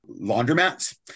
laundromats